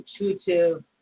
intuitive